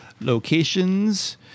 locations